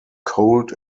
cold